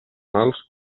mals